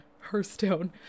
Hearthstone